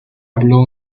habló